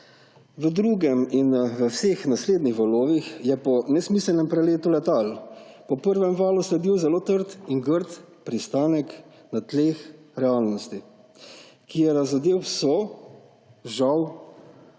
V drugem in vseh naslednjih valih je po nesmiselnem preletu letal po prvem valu sledil zelo trd in grd pristanek na tleh realnosti, ki je razgalil vso, žal,